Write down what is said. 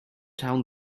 down